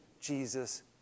Jesus